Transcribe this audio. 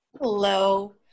Hello